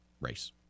race